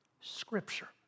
Scripture